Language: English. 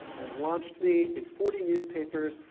and launched me in forty newspapers,